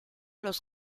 los